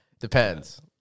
Depends